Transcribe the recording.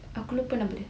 aku lupa nama dia